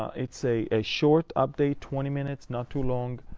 it's a a short update, twenty minutes, not too long.